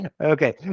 okay